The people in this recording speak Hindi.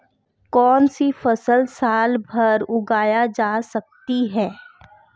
कौनसी फसल साल भर उगाई जा सकती है?